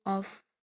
of